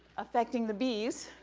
affecting the bees,